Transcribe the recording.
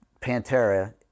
Pantera